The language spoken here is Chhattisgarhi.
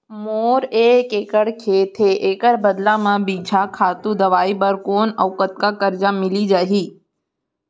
मोर एक एक्कड़ खेत हे, एखर बदला म बीजहा, खातू, दवई बर कोन अऊ कतका करजा मिलिस जाही?